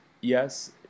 yes